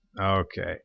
Okay